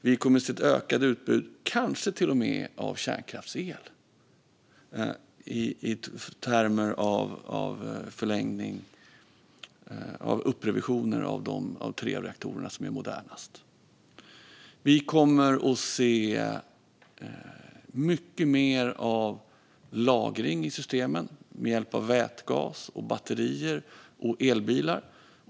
Vi kanske till och med kommer att se ett ökat utbud av kärnkraftsel i termer av förlängning och upprevidering av de tre reaktorer som är modernast. Vi kommer att se mycket mer av lagring i systemen med hjälp av vätgas, batterier och elbilar.